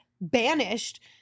banished